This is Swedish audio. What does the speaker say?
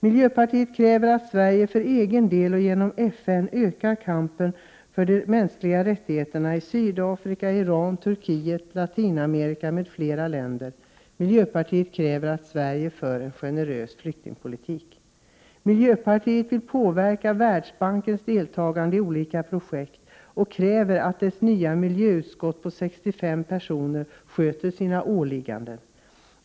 Miljöpartiet kräver att Sverige för egen del och genom FN ökar kampen för mänskliga rättigheter i Sydafrika, Iran, Turkiet, Latinamerika m.fl. länder. Miljöpartiet kräver att Sverige för en generös flyktingpolitik. Miljöpartiet vill påverka Världsbankens deltagande i olika projekt och kräver att dess nya miljöutskott på 65 personer sköter sina åligganden.